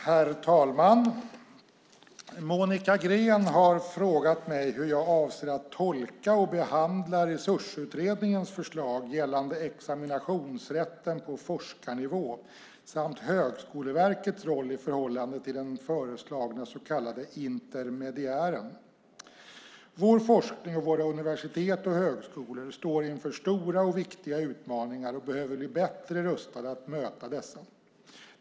Herr talman! Monica Green har frågat mig hur jag avser att tolka och behandla Resursutredningens förslag gällande examinationsrätten på forskarnivå samt Högskoleverkets roll i förhållande till den föreslagna så kallade Intermediären. Vår forskning och våra universitet och högskolor står inför stora och viktiga utmaningar och behöver bli bättre rustade att möta dessa.